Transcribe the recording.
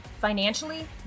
financially